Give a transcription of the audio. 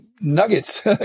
nuggets